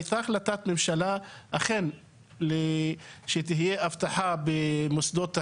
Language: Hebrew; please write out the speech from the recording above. הייתה החלטת ממשלה שאכן תהיה אבטחה במוסדות החינוך,